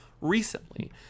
recently